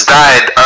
died